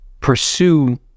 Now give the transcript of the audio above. pursue